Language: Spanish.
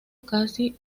casi